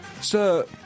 Sir